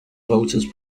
voters